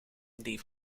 die